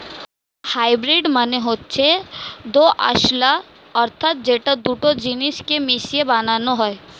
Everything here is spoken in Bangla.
হাইব্রিড মানে হচ্ছে দোআঁশলা অর্থাৎ যেটা দুটো জিনিস কে মিশিয়ে বানানো হয়